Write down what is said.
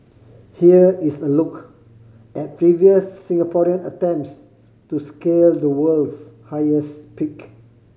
here is a look at previous Singaporean attempts to scale the world's highest peak